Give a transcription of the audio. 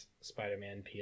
Spider-Man